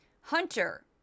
Hunter